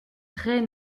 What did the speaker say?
très